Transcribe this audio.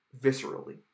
viscerally